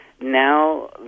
Now